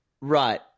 Right